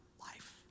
life